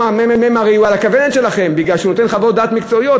הממ"מ הרי הוא על הכוונת שלכם בגלל שהוא נותן חוות דעת מקצועיות,